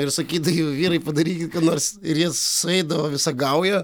ir sakydavai vyrai padarykit ką nors ir jie sueidavo visa gauja